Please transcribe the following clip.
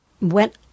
went